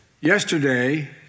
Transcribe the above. Yesterday